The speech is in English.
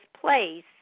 place